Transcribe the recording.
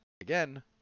Again